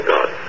God